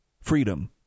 freedom